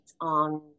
on